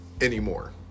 anymore